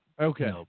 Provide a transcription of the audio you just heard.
Okay